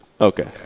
Okay